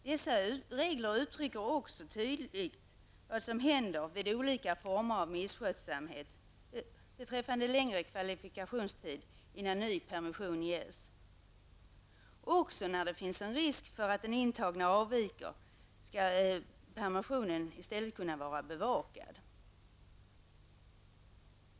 Dessa regler uttrycker också tydligt vad som händer vid olika former av misskötsamhet beträffande längre kvalifikationstid innan ny permission ges. När det finns risk för att den intagne avviker skall permissionen i stället kunna vara bevakad.